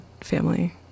family